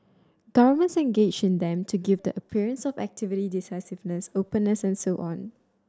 governments engage in them to give the appearance of activity decisiveness openness and so on